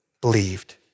believed